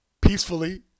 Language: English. peacefully